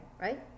right